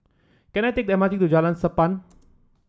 can I take the M R T to Jalan Sappan